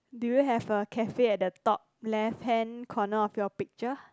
do you have a cafe at the top left hand corner of your picture